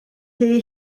thŷ